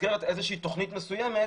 במסגרת תכנית מסוימת